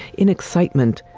in excitement,